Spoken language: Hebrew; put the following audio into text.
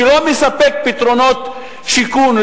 שלא מספק פתרונות שיכון,